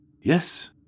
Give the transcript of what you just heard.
Yes